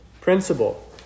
principle